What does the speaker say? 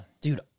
Dude